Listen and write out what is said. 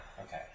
okay